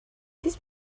this